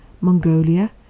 Mongolia